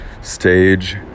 stage